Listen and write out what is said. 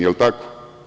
Je li tako?